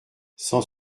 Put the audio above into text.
cent